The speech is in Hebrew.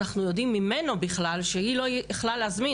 אנחנו יודעים ממנו בכלל שהיא לא יכלה להזמין.